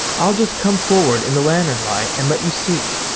i'll just come forward in the lantern light and let you see.